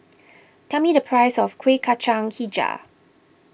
tell me the price of Kueh Kacang HiJau